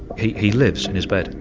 he he lives in his bed,